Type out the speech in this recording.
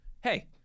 Hey